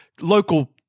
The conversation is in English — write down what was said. local